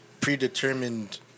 predetermined